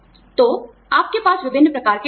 तो आपके पास विभिन्न प्रकार के लाभ हैं